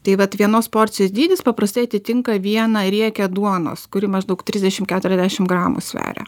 tai vat vienos porcijos dydis paprastai atitinka vieną riekę duonos kuri maždaug trisdešim keturiasdešim gramų sveria